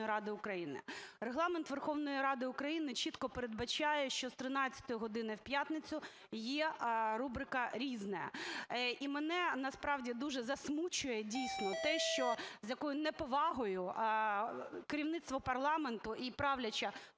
Регламент Верховної Ради України чітко передбачає, що з 13 години в п'ятницю є рубрика "Різне". І мене, насправді, дуже засмучує, дійсно, те, що з якою неповагою керівництво парламенту і правляча